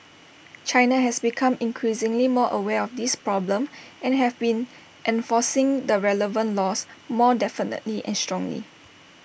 China has become increasingly more aware of this problem and have been enforcing the relevant laws more definitely and strongly